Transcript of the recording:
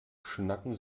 schnacken